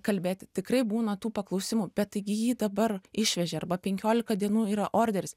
kalbėti tikrai būna tų paklausimų bet tai gi jį dabar išvežė arba penkiolika dienų yra orderis